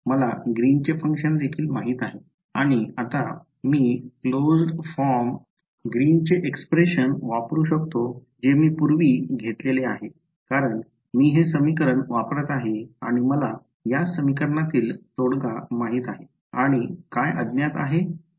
मला ग्रीनचे फंक्शन देखील माहित आहे आणि आता मी क्लोज्ड फॉर्म ग्रीनचे एक्सप्रेस्नेशन वापरू शकते जे मी पूर्वी घेतलेले आहे कारण मी हे समीकरण वापरत आहे आणि मला या समीकरणातील तोडगा माहित आहे आणि काय अज्ञात आहे